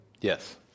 Yes